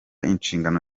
inshingano